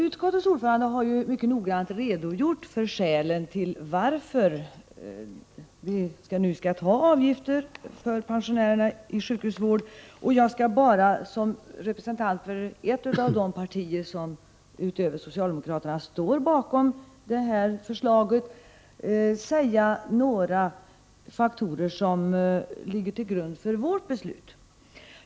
Utskottets ordförande har mycket noggrant redogjort för skälet till att vi nu skall ha avgifter för pensionärer i sjukhusvård. Jag skall bara som representant för ett av de partier som utöver socialdemokraterna står bakom detta förslag peka på några faktorer som ligger till grund för vårt beslut.